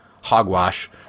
hogwash